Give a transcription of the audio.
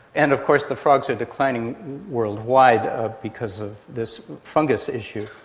and of course the frogs are declining worldwide ah because of this fungus issue.